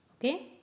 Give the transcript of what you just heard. Okay